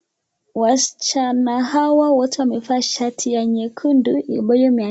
Wasichana hawa wote wamevaa shati ya nyekundu baye imeandikwa.